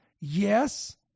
yes